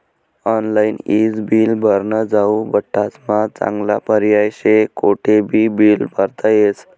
online ईज bill भरनं हाऊ बठ्ठास्मा चांगला पर्याय शे, कोठेबी बील भरता येस